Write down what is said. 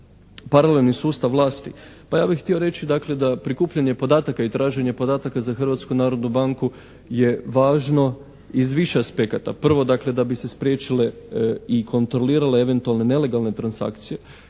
paralelni sustav vlasti. Pa ja bih htio reći da prikupljanje podataka i traženje podataka za Hrvatsku narodnu banku je važno iz više aspekata. Prvo, dakle da bi se spriječile i kontrolirale eventualne nelegalne transakcije